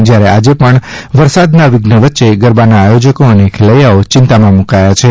જથારે આજે પણ વરસાદના વિધ્ન વચ્ચે ગરબાના આથોજકો અને ખેલૈથાઓ ચિંતામાં મૂકાથા છે